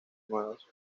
nuevas